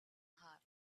hour